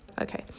Okay